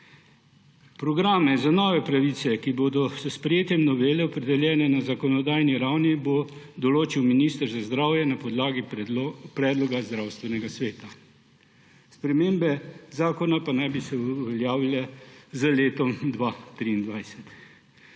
Programe za nove pravice, ki bodo s sprejetjem novele opredeljene na zakonodajni ravni, bo določil minister za zdravje na podlagi predloga Zdravstvenega sveta. Spremembe zakona naj bi se uveljavile z letom 2023.